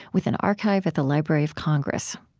with an archive at the library of congress